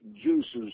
juices